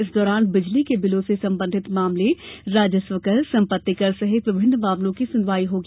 इस दौरान बिजली के बिलों से संबंधित मामले राजस्व कर संपत्तिकर सहित विभिन्न मामलों की सुनवाई होगी